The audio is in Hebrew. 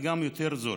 וגם יותר זול.